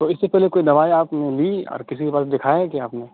تو اس سے پہلے کوئی دوائی آپ نے لی اور کسی کے پاس دکھایا ہے کہ آپ نے